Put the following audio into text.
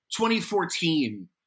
2014